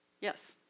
Yes